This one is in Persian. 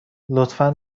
لطفا